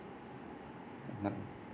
yup